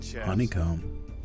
Honeycomb